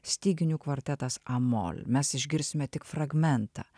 styginių kvartetas amol mes išgirsime tik fragmentą